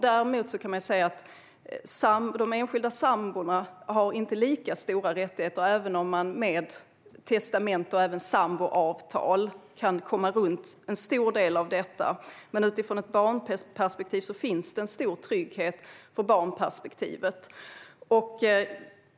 Däremot kan man säga att de enskilda samborna inte har lika stora rättigheter även om man med testamente och samboavtal kan komma runt en stor del av detta. Men utifrån ett barnperspektiv finns en stor trygghet för barnet.